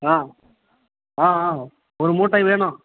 ஆ ஆ ஆ ஒரு மூட்டை வேணும்